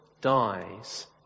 dies